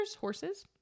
horses